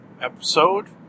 episode